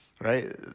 right